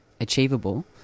achievable